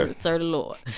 ah serve the lord